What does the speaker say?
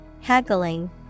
haggling